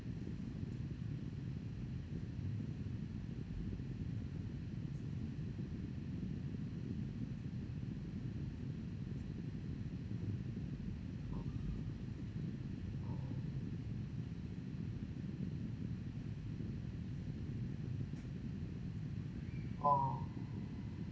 oh oh oh